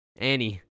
Annie